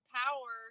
power